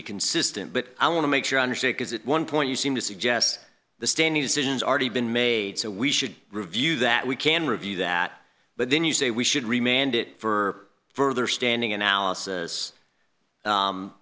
be consistent but i want to make sure i understand is it one point you seem to suggest the standing decisions already been made so we should review that we can review that but then you say we should remain for further standing analysis